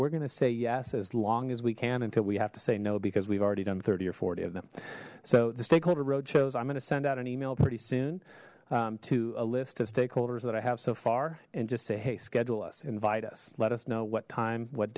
we're gonna say yes as long as we can until we have to say no because we've already done thirty or forty of them so the stakeholder roadshows i'm gonna send out an email pretty soon to a list of stakeholders that i have so far and just say hey schedule us invite us let us know what time what